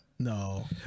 no